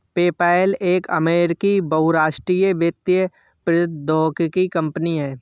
PayPal एक अमेरिकी बहुराष्ट्रीय वित्तीय प्रौद्योगिकी कंपनी है